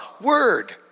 word